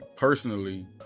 Personally